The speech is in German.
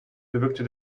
bewirkte